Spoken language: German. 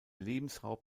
lebensraum